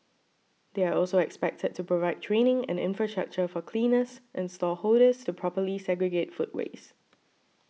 they are also expected to provide training and infrastructure for cleaners and stall holders to properly segregate food waste